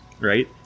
right